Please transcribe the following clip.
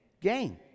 gain